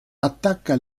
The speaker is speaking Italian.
attacca